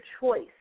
choice